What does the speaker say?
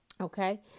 okay